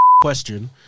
question